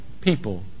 people